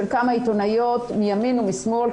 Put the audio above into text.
של כמה עיתונאיות מימין ומשמאל.